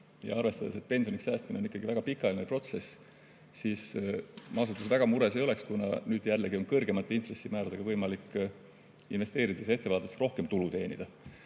ja arvestades, et pensioniks säästmine on ikkagi väga pikaajaline protsess, siis ma ausalt öeldes väga mures ei oleks, kuna nüüd on jällegi kõrgemate intressimääradega võimalik investeerides ette vaadates rohkem tulu teenida.